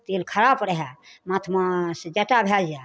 तेल खराप रहै माथमे से जट्टा भऽ जाय